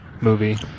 movie